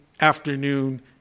afternoon